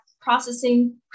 processing